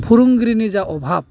फोरोंगिरिनि जा अभाब